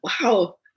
Wow